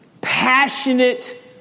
passionate